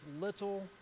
little